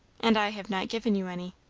and i have not given you any.